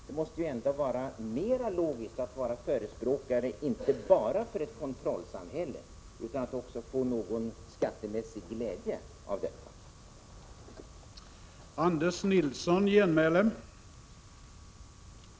Det måste väl ändå vara mer logiskt att man inte bara förespråkar ett kontrollsystem, utan att man också vill ha någon skattemässig glädje av detta.